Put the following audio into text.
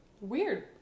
Weird